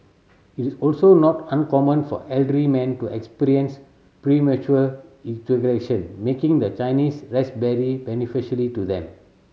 it is also not uncommon for elderly men to experience premature ejaculation making the Chinese raspberry beneficially to them